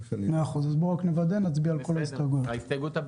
בוא נוודא, נצביע על כל ההסתייגויות.